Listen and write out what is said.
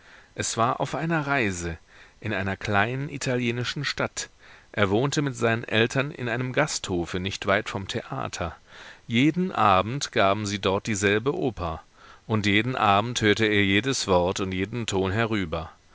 es war auf einer reise in einer kleinen italienischen stadt er wohnte mit seinen eltern in einem gasthofe nicht weit vom theater jeden abend gaben sie dort dieselbe oper und jeden abend hörte er jedes wort und jeden ton herüber